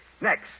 Next